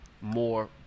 more